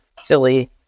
silly